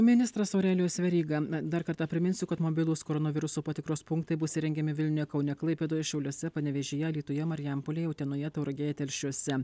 ministras aurelijus veryga na dar kartą priminsiu kad mobilūs koronaviruso patikros punktai bus įrengiami vilniuje kaune klaipėdoje šiauliuose panevėžyje alytuje marijampolėj utenoje tauragėj telšiuose